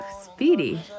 speedy